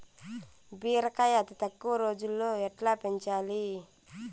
బీరకాయ అతి తక్కువ రోజుల్లో ఎట్లా పెంచాలి?